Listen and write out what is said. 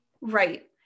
Right